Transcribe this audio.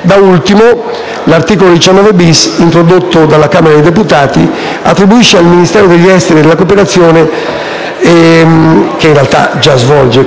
Da ultimo l'articolo 19-*bis*, introdotto dalla Camera dei deputati, attribuisce al Ministero degli esteri e della cooperazione la funzione - che in realtà già svolge -